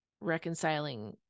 reconciling